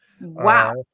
Wow